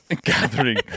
Gathering